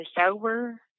sober